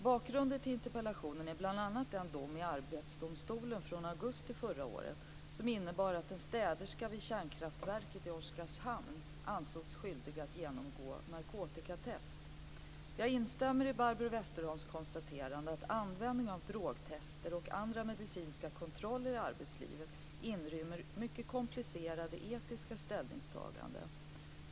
Bakgrunden till interpellationen är bl.a. den dom i Jag instämmer i Barbro Westerholms konstaterande att användning av drogtest och andra medicinska kontroller i arbetslivet inrymmer mycket komplicerade etiska ställningstaganden.